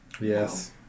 Yes